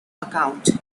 account